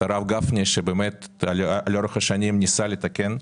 את הרב גפני שבאמת לאורך השנים ניסה לתקן.